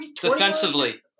Defensively